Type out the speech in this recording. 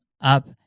up